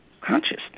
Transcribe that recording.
consciousness